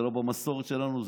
זה לא במסורת שלנו,